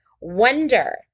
wonder